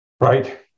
right